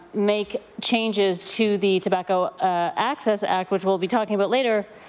make changes to the tobacco access act which we'll be talking about later,